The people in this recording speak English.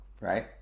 right